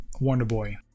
Wonderboy